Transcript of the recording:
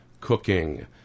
cooking